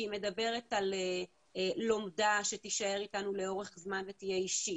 שהיא מדברת על לומדה שתישאר איתנו לאורך זמן ותהיה אישית,